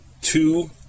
two